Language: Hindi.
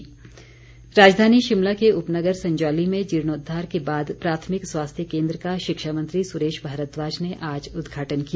पीएचसी राजधानी शिमला के उपनगर संजौली में जीर्णोद्वार के बाद प्राथमिक स्वास्थ्य केन्द्र का शिक्षा मंत्री सुरेश भारद्वाज ने आज उद्घाटन किया